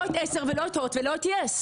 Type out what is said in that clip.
לא את 10 ולא את הוט ולא את יס,